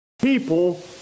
people